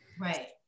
Right